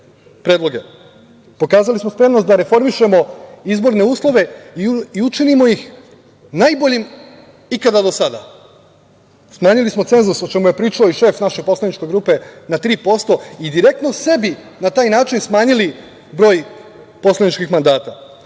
predloge. Pokazali smo spremnost da reformišemo izborne uslove i učinimo ih najboljim ikada do sada. Smanjili smo cenzus, o čemu je pričao i šef naše poslaničke grupe, na 3% i direktno sebi, na taj način, smanjili broj poslaničkih mandata. Ali,